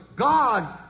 God's